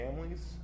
families